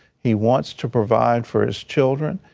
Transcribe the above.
he wants to provide for his children.